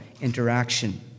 interaction